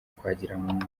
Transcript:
twagiramungu